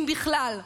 אם בכלל,